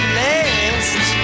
last